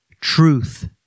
truth